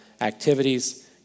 activities